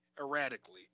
erratically